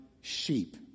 sheep